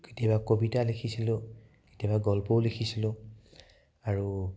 কেতিয়াবা কবিতা লিখিছিলোঁ কেতিয়াবা গল্পও লিখিছিলোঁ আৰু